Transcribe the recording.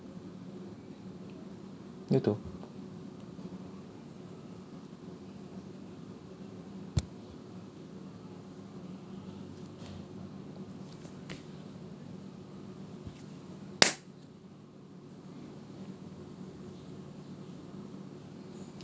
you too